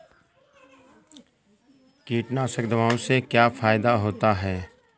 कीटनाशक दवाओं से क्या फायदा होता है?